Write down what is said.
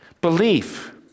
belief